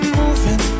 moving